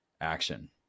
action